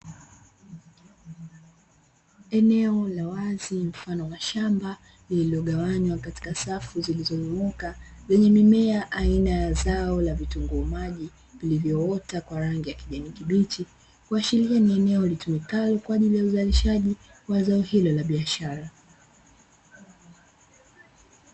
Eneo la wazi mfano wa shamba lililo gawanywa katika safu zilizo nyooka zenye mimea aina ya zao la vitunguu maji, lililoota kwa rangi ya kijani kibichi kuashiria ni eneo litumikalo kwa ajili ya uzalishaji wa zao hilo la biashara.